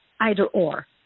either-or